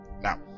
Now